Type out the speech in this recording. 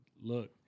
look